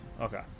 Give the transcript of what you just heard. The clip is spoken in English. Okay